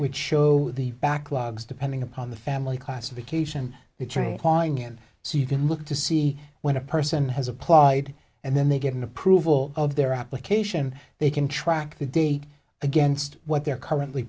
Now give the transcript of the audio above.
which show the backlogs depending upon the family classification the training pawing in so you can look to see when a person has applied and then they get an approval of their application they can track the date against what they're currently